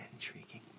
intriguing